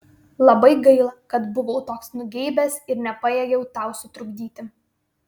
labai gaila kad buvau toks nugeibęs ir nepajėgiau tau sutrukdyti